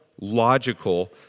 logical